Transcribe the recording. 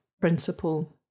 principle